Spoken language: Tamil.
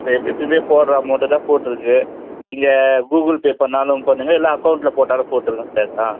ஆ எப்பயுமே போடுற அமௌண்ட்டு தான் போட்டுயிருக்கு நீங்கள் கூகுள் பே பண்ணாலும் பண்ணுங்கள் இல்லை அக்கௌண்ட்டில் போட்டாலும் போட்டுருங்கள் சார் ஆ